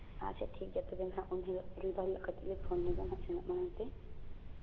ᱟᱪᱪᱷᱟ ᱴᱷᱤᱠᱜᱮᱭᱟ ᱛᱚᱵᱮ ᱱᱟᱜ ᱩᱱ ᱦᱤᱞᱳᱜ ᱨᱚᱵᱤ ᱵᱟᱨ ᱦᱤᱞᱳᱜ ᱠᱟᱹᱴᱤᱡ ᱞᱮ ᱯᱷᱳᱱᱟᱵᱮᱱᱟ ᱥᱮᱱᱚᱜ ᱢᱟᱲᱟᱝ ᱛᱮ